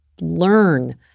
Learn